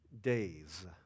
days